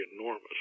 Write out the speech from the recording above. enormous